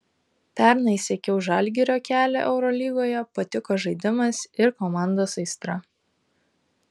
pernai sekiau žalgirio kelią eurolygoje patiko žaidimas ir komandos aistra